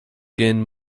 gained